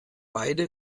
beide